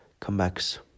comebacks